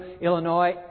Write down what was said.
Illinois